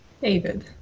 David